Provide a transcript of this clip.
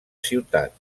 ciutat